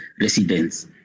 residents